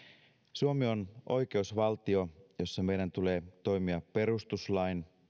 suomi on oikeusvaltio jossa meidän tulee toimia perustuslain